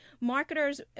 marketers